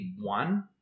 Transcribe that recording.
one